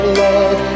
love